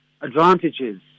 advantages